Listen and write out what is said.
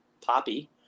poppy